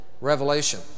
revelation